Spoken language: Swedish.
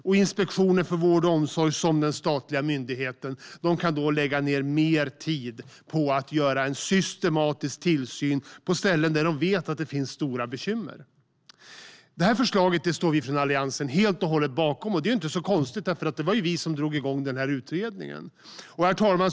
Och Inspektionen för vård och omsorg kan som statlig myndighet lägga ned mer tid på systematisk tillsyn på ställen där de vet att det finns stora bekymmer. Alliansen står helt och hållet bakom det här förslaget, och det är ju inte så konstigt eftersom det var vi som drog igång utredningen. Herr talman!